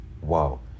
wow